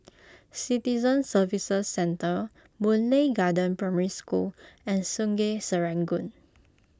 Citizen Services Centre Boon Lay Garden Primary School and Sungei Serangoon